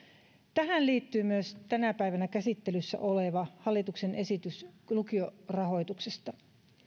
tähän liittyy myös tänä päivänä käsittelyssä oleva hallituksen esitys lukiorahoituksesta